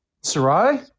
Sarai